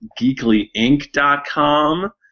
geeklyinc.com